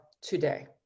today